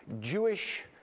Jewish